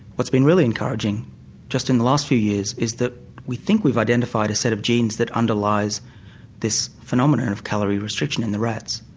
what's been really encouraging just in the last few years is that we think we've identified a set of genes that underlies this phenomenon of calorie restriction in the rats.